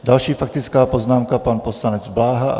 Další faktická poznámka, pan poslanec Bláha.